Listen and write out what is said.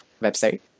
website